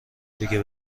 دیگه